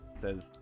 says